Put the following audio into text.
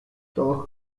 todos